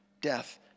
death